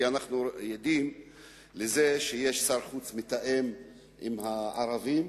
כי אנחנו עדים לזה שיש שר חוץ שמתאם עם הערבים,